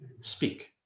speak